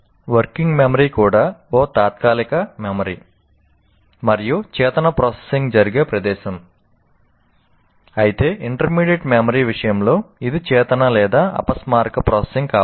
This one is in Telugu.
వర్కింగ్ మెమరీ కూడా ఒక తాత్కాలిక మెమరీ మరియు చేతన ప్రాసెసింగ్ జరిగే ప్రదేశం అయితే ఇంటర్మీడియట్ మెమరీ విషయంలో ఇది చేతన లేదా అపస్మారక ప్రాసెసింగ్ కావచ్చు